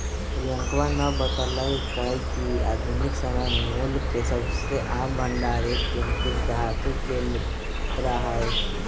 प्रियंकवा ने बतल्ल कय कि आधुनिक समय में मूल्य के सबसे आम भंडार एक कीमती धातु के मुद्रा हई